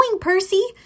Percy